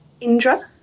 Indra